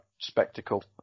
spectacle